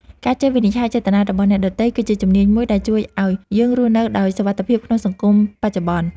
ការចេះវិនិច្ឆ័យចេតនារបស់អ្នកដទៃគឺជាជំនាញមួយដែលជួយឱ្យយើងរស់នៅដោយសុវត្ថិភាពក្នុងសង្គមបច្ចុប្បន្ន។